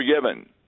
forgiven